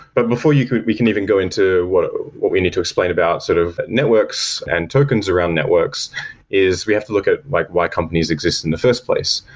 but before yeah we can even go into what ah what we need to explain about sort of networks and tokens around networks is we have to look at like why companies exists in the first place.